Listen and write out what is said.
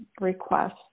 request